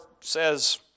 says